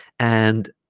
and